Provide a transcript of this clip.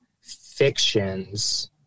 fictions